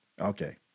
Okay